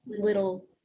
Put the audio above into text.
little